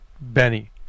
Benny